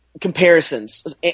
comparisons